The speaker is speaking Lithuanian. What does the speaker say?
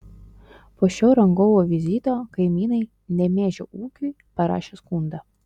po šio rangovų vizito kaimynai nemėžio ūkiui parašė skundą